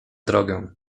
drogę